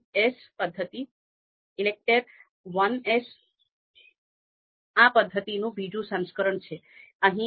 એવા કિસ્સામાં જો બે વિકલ્પો હોય અને તે વિકલ્પોની કામગીરીમાં તફાવત એટલો નાનો હોય કે આપણે તેમને અવગણવા માંગીએ તો પછી આપણે નિર્દિષ્ટ માપદંડની દ્રષ્ટિએ તે સ્પષ્ટ કરી શકીએ છીએ